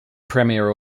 premiere